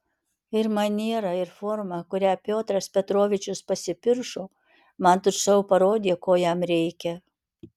ir maniera ir forma kuria piotras petrovičius pasipiršo man tučtuojau parodė ko jam reikia